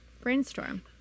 Brainstorm